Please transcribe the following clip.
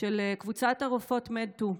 של קבוצת הרופאות MedToo.